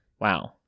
Wow